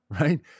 Right